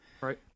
Right